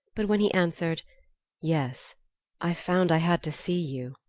but when he answered yes i found i had to see you,